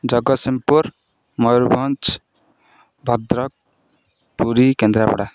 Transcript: Jagatsinghpur Mayurbhanj Bhadrak Puri Kendrapara